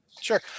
Sure